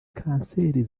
kanseri